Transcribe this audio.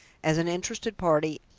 as an interested party,